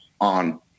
on